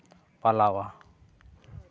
ᱯᱟᱞᱟᱣᱟ